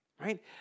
Right